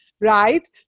right